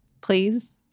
Please